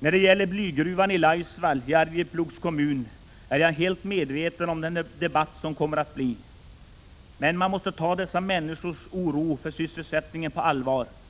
När det gäller blygruvan i Laisvall i Arjeplogs kommun är jag helt medveten om den debatt som kommer att följa, men man måste ta dessa människors oro för sysselsättningen på allvar.